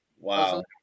wow